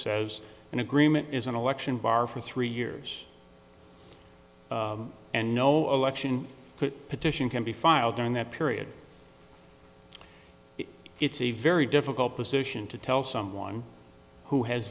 says an agreement is an election bar for three years and no election petition can be filed during that period it's a very difficult position to tell someone who has